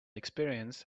experience